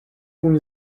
kůň